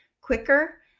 quicker